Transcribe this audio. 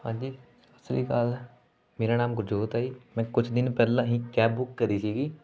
ਹਾਂਜੀ ਸਸਤਿ ਸ਼੍ਰੀ ਅਕਾਲ ਮੇਰਾ ਨਾਮ ਗੁਰਜੋਤ ਆ ਜੀ ਮੈਂ ਕੁਛ ਦਿਨ ਪਹਿਲਾਂ ਹੀ ਕੈਬ ਬੁੱਕ ਕਰੀ ਸੀਗੀ